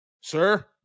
sir